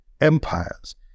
empires